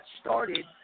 started